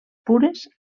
pures